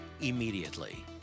immediately